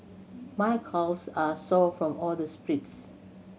my calves are sore from all the sprints